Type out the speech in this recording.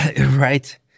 Right